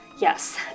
Yes